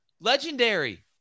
legendary